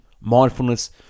mindfulness